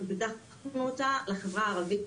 פיתחנו אותה לחברה הערבית.